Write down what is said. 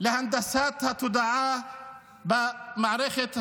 להנדסת התודעה במערכת החינוך,